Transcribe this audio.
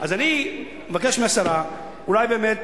אז אני מבקש מהשרה, אולי באמת